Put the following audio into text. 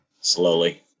Slowly